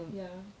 ya